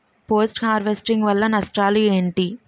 Post harvesting వల్ల నష్టాలు ఏంటి?